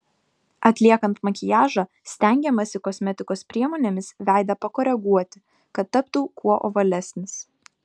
atliekant makiažą stengiamasi kosmetikos priemonėmis veidą pakoreguoti kad taptų kuo ovalesnis